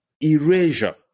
erasure